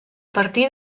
partir